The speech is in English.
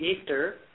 Easter